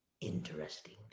interesting